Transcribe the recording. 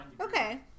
Okay